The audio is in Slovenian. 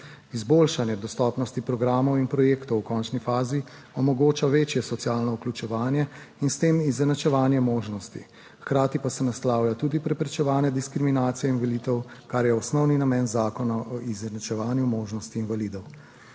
Izboljšanje dostopnosti programov in projektov v končni fazi omogoča večje socialno vključevanje in s tem izenačevanje možnosti, hkrati pa se naslavlja tudi preprečevanje diskriminacije invalidov, kar je osnovni namen Zakona o izenačevanju možnosti invalidov.